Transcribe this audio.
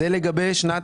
זה לגבי שנת